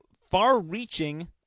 far-reaching